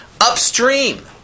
upstream